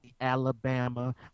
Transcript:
Alabama